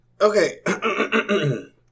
Okay